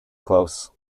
close